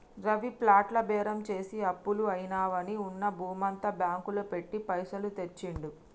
రవి ప్లాట్ల బేరం చేసి అప్పులు అయినవని ఉన్న భూమంతా బ్యాంకు లో పెట్టి పైసలు తెచ్చిండు